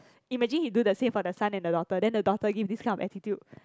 imagine he do the same for the son and the daughter then the daughter give this kind of attitude